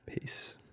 Peace